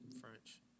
French